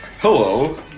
Hello